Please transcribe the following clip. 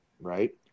right